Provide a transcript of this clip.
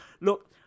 Look